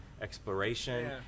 exploration